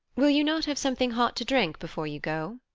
will you not have something hot to drink before you go?